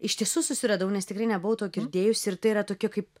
iš tiesų susiradau nes tikrai nebuvau to girdėjusi ir tai yra tokia kaip